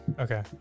Okay